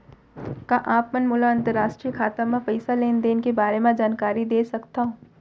का आप मन मोला अंतरराष्ट्रीय खाता म पइसा लेन देन के बारे म जानकारी दे सकथव?